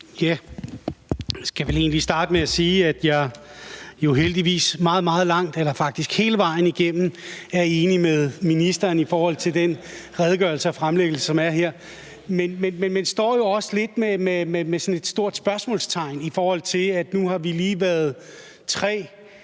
Jeg vil starte med at sige, at jeg jo heldigvis meget, meget langt, eller faktisk hele vejen igennem, er enig med ministeren i forhold til den redegørelse og fremlæggelse, som er her. Men man står jo også lidt med sådan et stort spørgsmålstegn, i forhold til at vi nu lige har været tre